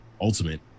Ultimate